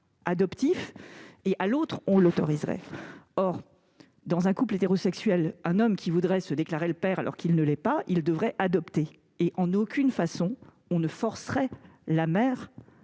adoptif, tandis qu'on l'autoriserait à l'autre. Or, dans un couple hétérosexuel, un homme qui voudrait se déclarer le père alors qu'il ne l'est pas devrait adopter. En aucune façon, on ne forcerait la mère